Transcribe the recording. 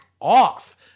off